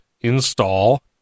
install